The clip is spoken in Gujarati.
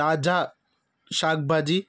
તાજા શાકભાજી